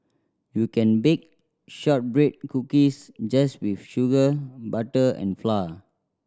you can bake shortbread cookies just with sugar butter and flour